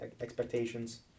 expectations